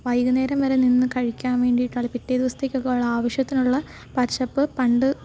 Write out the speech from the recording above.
വൈകുന്നേരം വരെ നിന്ന് കഴിക്കാന് വേണ്ടിയിട്ട് അത് പിറ്റേ ദിവസത്തേക്കൊക്കെ ഉള്ള അവശ്യത്തിനുള്ള പച്ചപ്പ് പണ്ട്